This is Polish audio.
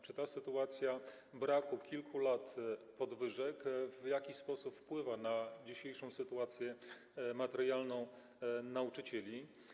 Czy ta sytuacja braku przez kilka lat podwyżek w jakiś sposób wpływa na dzisiejszą sytuację materialną nauczycieli?